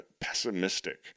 pessimistic